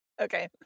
okay